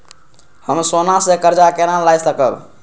हम सोना से कर्जा केना लाय सकब?